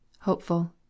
hopeful